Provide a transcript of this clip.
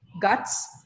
guts